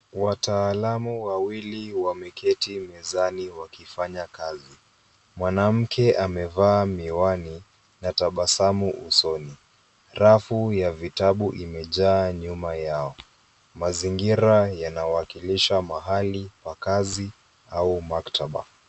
Wataalamu wawili wameketi mezani wakifanya kazi. Mwanamke amevaa miwani na tabasamu usoni. Rafu ya vitabu imejaa nyuma yao. Mazingira yanawakilisha mahali pa kazi au maktaba.